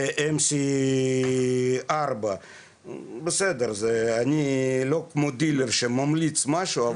4MC. אני לא כמו דילר שממליץ משהו,